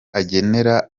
agenera